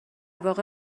واقع